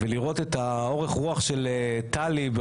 לראות את האורך רוח של טלי,